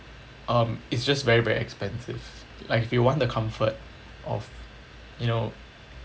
um it's just very very expensive like if you want the comfort of you know